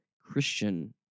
Christian